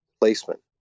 placement